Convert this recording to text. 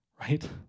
right